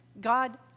God